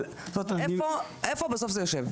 איפה בסוף זה יושב?